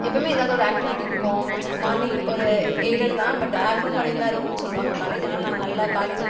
எப்பவுமே ஏதாவது ஒரு ஆக்டிவிட்டி இருக்கும் மார்னிங் ஒரு எய்டேர்டு தான் பட் ஆஃப்டர்நூன் வரையும்தான் இருக்கும் சொல்வாங்க காலேஜ் அதனால நாங்கள் நல்லா காலேஜ்